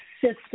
system